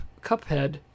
Cuphead